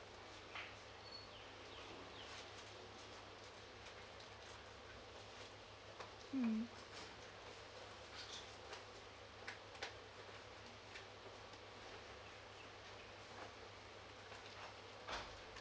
mm